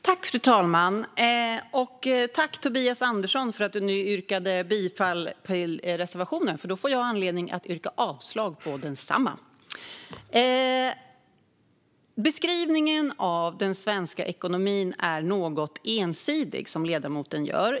Fru talman! Tack, Tobias Andersson, för att du nu yrkade bifall till reservationen, för då får jag anledning att yrka avslag på densamma! Ledamotens beskrivning av den svenska ekonomin är något ensidig.